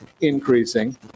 increasing